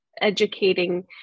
educating